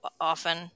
often